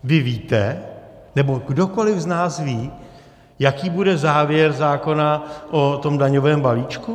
Vy víte, nebo kdokoli z nás ví, jaký bude závěr zákona o daňovém balíčku?